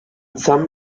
some